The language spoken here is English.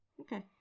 Okay